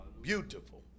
Beautiful